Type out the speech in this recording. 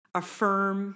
affirm